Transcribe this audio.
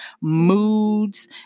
moods